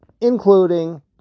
including